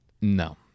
No